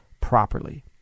properly